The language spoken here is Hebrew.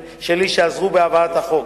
שעזרו בהבאת החוק.